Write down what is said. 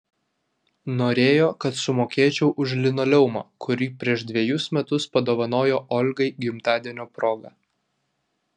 norėjo kad sumokėčiau už linoleumą kurį prieš dvejus metus padovanojo olgai gimtadienio proga